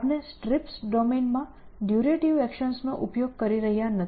આપણે STRIPS domain માં durative actions નો ઉપયોગ કરી રહ્યાં નથી